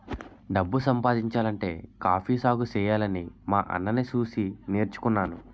డబ్బు సంపాదించాలంటే కాఫీ సాగుసెయ్యాలని మా అన్నని సూసి నేర్చుకున్నాను